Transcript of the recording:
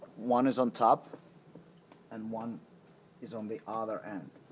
one is on top and one is on the other end.